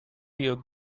your